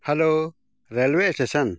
hello railway station